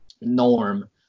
norm